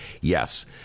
Yes